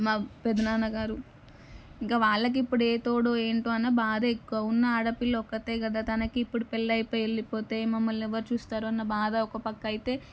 మా పెదనాన్న గారు ఇంకా వాళ్ళకి ఇప్పుడు ఏ తోడు ఏంటో అన్న బాధే ఎక్కువ ఉన్న ఆడపిల్ల ఒక్కతే కదా తనకి ఇప్పుడు పెళ్ళి అయిపోయి వెళ్ళిపోతే ఇక మమ్మల్ని ఎవరు చూస్తారు అన్న బాధ ఒక ప్రక్క అయితే